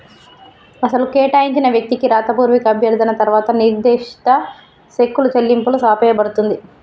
అసలు కేటాయించిన వ్యక్తికి రాతపూర్వక అభ్యర్థన తర్వాత నిర్దిష్ట సెక్కులు చెల్లింపులు ఆపేయబడుతుంది